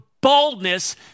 boldness